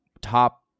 top